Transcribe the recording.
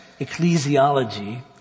ecclesiology